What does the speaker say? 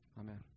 Amen